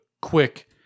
quick